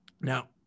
Now